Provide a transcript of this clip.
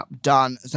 Done